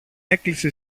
έκλεισε